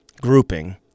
grouping